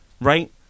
right